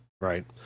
right